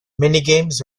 minigames